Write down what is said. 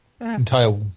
entire